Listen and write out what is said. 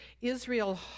Israel